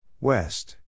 West